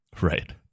right